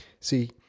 See